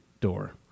door